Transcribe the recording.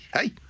Hey